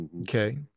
Okay